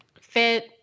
fit